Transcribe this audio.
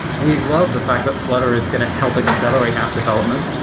we love the fact that flutter is going to help accelerate app development,